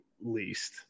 least